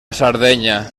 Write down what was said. sardenya